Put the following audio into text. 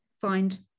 find